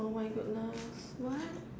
oh my goodness [what]